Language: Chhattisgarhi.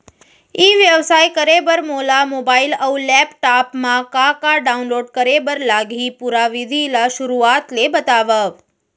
ई व्यवसाय करे बर मोला मोबाइल अऊ लैपटॉप मा का का डाऊनलोड करे बर लागही, पुरा विधि ला शुरुआत ले बतावव?